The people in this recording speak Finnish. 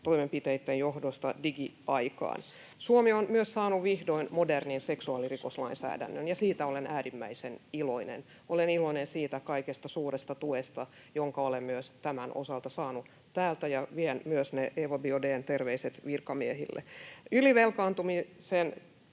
toimenpiteitten johdosta digiaikaan. Suomi on myös saanut vihdoin modernin seksuaalirikoslainsäädännön, ja siitä olen äärimmäisen iloinen. Olen iloinen siitä kaikesta suuresta tuesta, jonka olen myös tämän osalta saanut täältä, ja vien myös ne Eva Biaudetin terveiset virkamiehille. Ylivelkaantumiseen